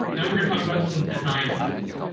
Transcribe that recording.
now we're going to talk about some design tools.